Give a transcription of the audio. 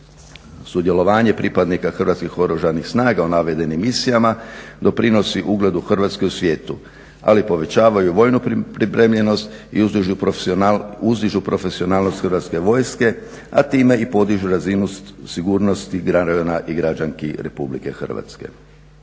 Sudjelovanje pripadnika Hrvatskih oružanih snaga u navedenim misijama doprinosi ugledu Hrvatske u svijetu, ali povećavaju i vojnu pripremljenost i uzdižu profesionalnost Hrvatske vojske a time i podižu razinu sigurnosti građana i građanki RH.